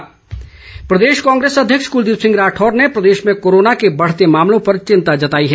राठौर प्रदेश कांग्रेस अध्यक्ष कुलदीप राठौर ने प्रदेश में कोरोना के बढ़ते मामलों पर चिंता जताई है